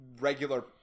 regular